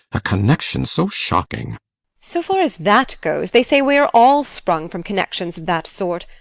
a connection so shocking so far as that goes, they say we are all sprung from connections of that sort.